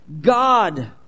God